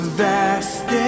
vast